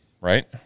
Right